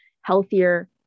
healthier